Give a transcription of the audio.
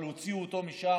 אבל הוציאו אותו משם.